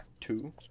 Two